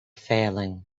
failing